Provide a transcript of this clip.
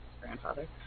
grandfather